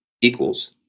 equals